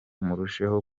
murusheho